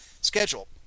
schedule